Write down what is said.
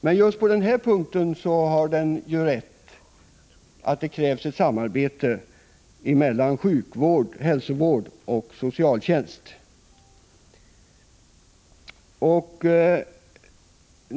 Men just på den här punkten har man ju rätt, att det krävs ett samarbete mellan hälsooch sjukvård och socialtjänst.